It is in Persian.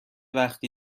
وقت